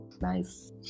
nice